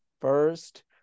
first